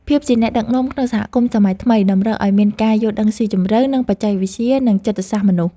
ភាពជាអ្នកដឹកនាំក្នុងសហគមន៍សម័យថ្មីតម្រូវឱ្យមានការយល់ដឹងស៊ីជម្រៅពីបច្ចេកវិទ្យានិងចិត្តសាស្ត្រមនុស្ស។